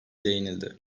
değinildi